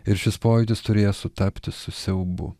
ir šis pojūtis turėjo sutapti su siaubu